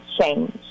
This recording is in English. change